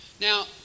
Now